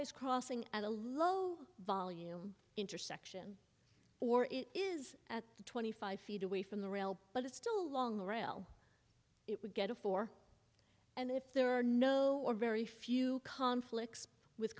d crossing at a low volume intersection or it is at twenty five feet away from the rail but it's still a long rail it would get a four and if there are no or very few conflicts with